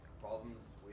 problems